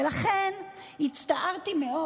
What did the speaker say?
ולכן, הצטערתי מאוד